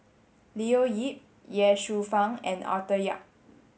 Leo Yip Ye Shufang and Arthur Yap